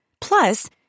Plus